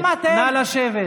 נא לשבת.